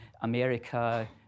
America